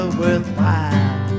worthwhile